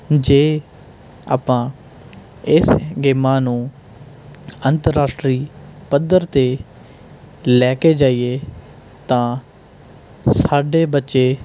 ਜੇ ਆਪਾਂ ਇਸ ਗੇਮਾਂ ਨੂੰ ਅੰਤਰਰਾਸ਼ਟਰੀ ਪੱਧਰ 'ਤੇ ਲੈ ਕੇ ਜਾਈਏ ਤਾਂ ਸਾਡੇ ਬੱਚੇ